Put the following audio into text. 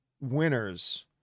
winners